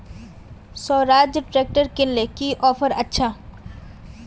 Swaraj tractor किनले की offer अच्छा?